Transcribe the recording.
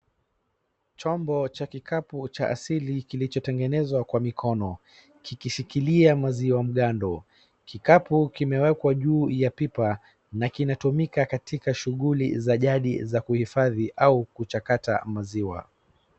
Chombo cha kikapu cha asili kilichotengenezwa kwa mikono kikishikilia maziwa mgando. Kikapu kimewekwa juu ya pipa na kinatumika katika shughuli za jadi za kuhifadhi au kuchakata maziwa.